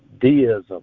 deism